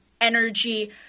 energy